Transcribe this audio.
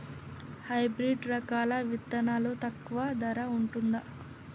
Hybrid రకాల విత్తనాలు తక్కువ ధర ఉంటుందా?